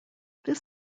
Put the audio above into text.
this